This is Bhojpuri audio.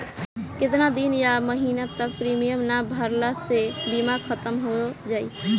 केतना दिन या महीना तक प्रीमियम ना भरला से बीमा ख़तम हो जायी?